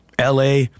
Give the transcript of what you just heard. la